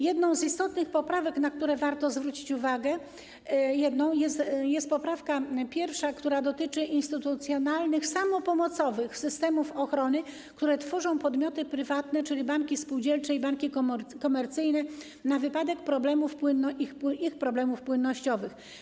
Jedną z istotnych poprawek, na które warto zwrócić uwagę, jest poprawka 1., która dotyczy instytucjonalnych samopomocowych systemów ochrony, które tworzą podmioty prywatne, czyli banki spółdzielcze i banki komercyjne, na wypadek ich problemów płynnościowych.